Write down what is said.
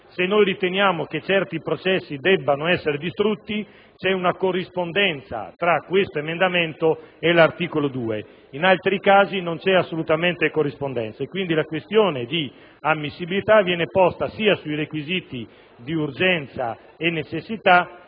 al Presidente del Senato - debbano essere distrutti, c'è una corrispondenza tra questo emendamento e l'articolo 2; in altri casi, non c'è assolutamente corrispondenza. Quindi, la questione di ammissibilità viene posta sia sui requisiti di urgenza e necessità,